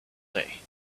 day